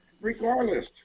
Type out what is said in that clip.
Regardless